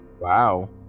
Wow